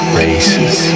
races